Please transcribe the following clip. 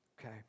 Okay